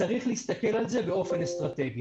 וצריך להסתכל על זה באופן אסטרטגי.